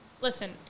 listen